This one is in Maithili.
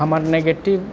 हमर नेगेटिव